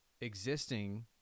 existing